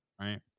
right